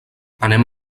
anem